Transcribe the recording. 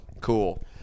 cool